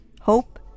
hope